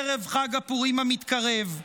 ערב חג הפורים המתקרב: